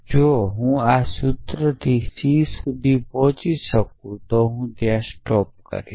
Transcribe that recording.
જો હું આ સૂત્રથી c સુધી પહોંચી શકું તો હું ત્યાં સ્ટોપ કરીશ